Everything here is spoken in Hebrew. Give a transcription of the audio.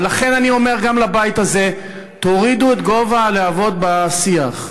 ולכן אני אומר גם לבית הזה: תורידו את גובה הלהבות בשיח.